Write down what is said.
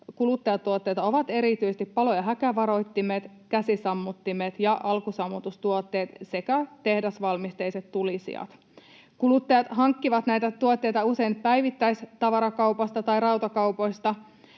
kuluttajatuotteita ovat erityisesti palo- ja häkävaroittimet, käsisammuttimet ja alkusammutustuotteet sekä tehdasvalmisteiset tulisijat. Kuluttajat hankkivat näitä tuotteita usein päivittäistavarakaupoista tai rautakaupoista,